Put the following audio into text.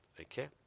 okay